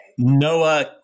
Noah